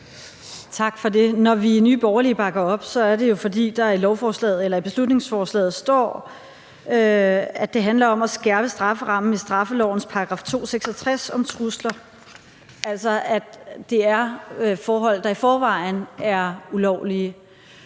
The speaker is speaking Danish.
Når vi i Nye Borgerlige bakker op, er det jo, fordi der i beslutningsforslaget står, at det handler om at skærpe strafferammen i straffelovens § 266 om trusler, altså at det er forhold, der i forvejen er ulovlige.